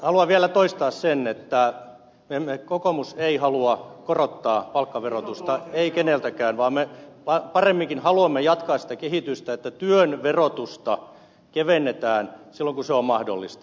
haluan vielä toistaa sen että kokoomus ei halua korottaa palkkaverotusta ei keneltäkään vaan me paremminkin haluamme jatkaa sitä kehitystä että työn verotusta kevennetään silloin kun se on mahdollista